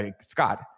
Scott